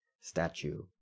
statue